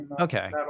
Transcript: Okay